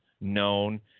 known